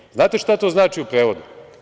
Da li znate šta to znači u prevodu?